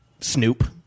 snoop